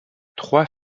trois